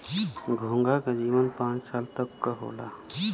घोंघा क जीवन पांच साल तक क होला